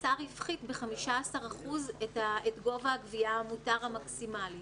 השר הפחית ב-15% את גובה הגבייה המקסימלי המותר.